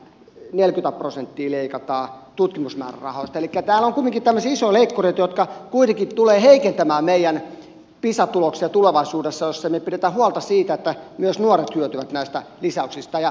elikkä täällä on kumminkin tämmöisiä isoja leikkureita jotka kuitenkin tulevat heikentämään meidän pisa tuloksiamme tulevaisuudessa jos emme pidä huolta siitä että myös nuoret hyötyvät näistä lisäyksistä